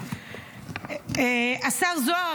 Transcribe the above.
השר זוהר,